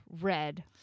red